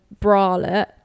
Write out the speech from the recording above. bralette